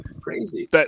Crazy